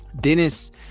Dennis